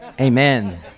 Amen